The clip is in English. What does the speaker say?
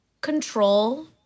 control